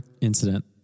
incident